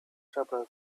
trouble